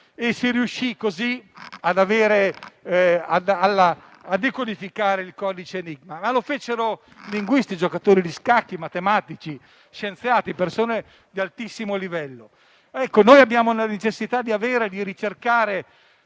così da decodificare il codice enigma. A farlo furono linguisti, giocatori di scacchi, matematici, scienziati, persone di altissimo livello. Noi abbiamo la necessità di ricercare